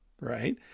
right